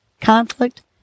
conflict